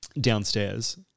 downstairs